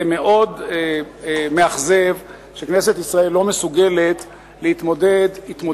זה מאוד מאכזב שכנסת ישראל לא מסוגלת להתמודד התמודדות אמיתית,